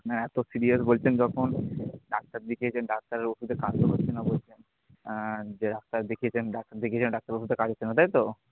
আপনার এত সিরিয়াস বলছেন যখন ডাক্তার দেখিয়েছেন ডাক্তারের ওষুধেও কাজও হচ্ছে না বলছেন যে ডাক্তার দেখিয়েছেন ডাক্তার দেখিয়েছেন ডাক্তারবাবুতে কাজ হচ্ছে না তাই তো